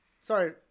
sorry